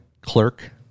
clerk